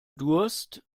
durst